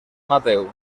mateu